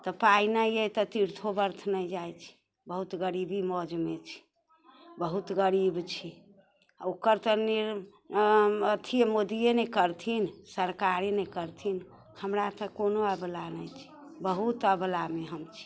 तऽ पाइ नहि अइ तऽ तीर्थो व्रत नहि जाइत छी बहुत गरीबी मौजमे छी बहुत गरीब छी आ ओकर तऽ अथिए मोदीये ने करथिन सरकारेने करथिन हमरा तऽ कोनो अबला नहि छी बहुत अबलामे हम छी